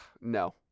no